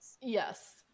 yes